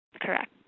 Correct